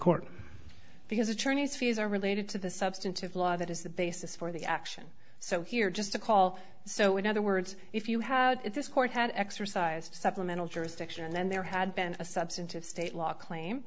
court because attorneys fees are related to the substantive law that is the basis for the action so you're just a call so in other words if you have this court had exercised supplemental jurisdiction and there had been a substantive state law claim